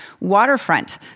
Waterfront